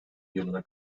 yılına